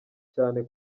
cyane